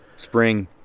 Spring